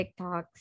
TikToks